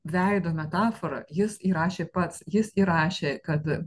veido metaforą jis įrašė pats jis įrašė kad